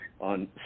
on